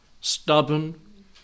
stubborn